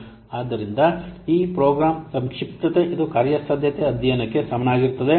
ಆದ್ದರಿಂದ ಈ ಪ್ರೋಗ್ರಾಂ ಸಂಕ್ಷಿಪ್ತತೆ ಇದು ಕಾರ್ಯಸಾಧ್ಯತಾ ಅಧ್ಯಯನಕ್ಕೆ ಸಮನಾಗಿರುತ್ತದೆ